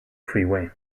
freeway